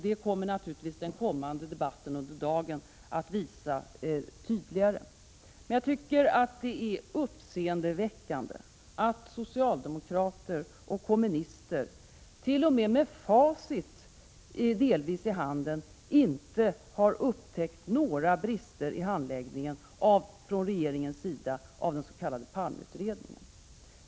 Det kommer den kommande debatten under dagen att visa tydligare. Jag tycker det är uppseendeväckande att socialdemokrater och kommunistert.o.m. med facit delvis i hand inte har upptäckt några brister i regeringens handläggning av den s.k. Palmeutredningen.